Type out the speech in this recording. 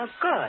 good